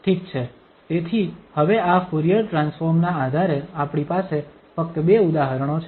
ઠીક છે તેથી હવે આ ફુરીયર ટ્રાન્સફોર્મના આધારે આપણી પાસે ફક્ત બે ઉદાહરણો છે